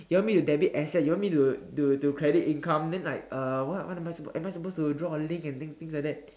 you want me to debit asset you want me to to to credit income then like uh what what am I supposed am I supposed to draw a link and thing things like that